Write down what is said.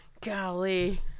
Golly